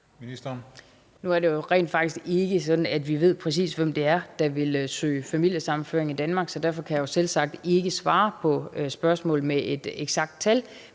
Støjberg): Nu er det jo rent faktisk ikke sådan, at vi ved præcis, hvem det er, der vil søge familiesammenføring i Danmark. Så derfor kan jeg jo selvsagt ikke svare på spørgsmålet med et eksakt tal.